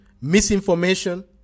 misinformation